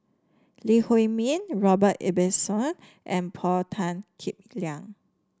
Lee Huei Min Robert Ibbetson and Paul Tan Kim Liang